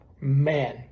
Man